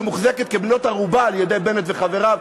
שמוחזקת כבת-ערובה על-ידי בנט וחבריו,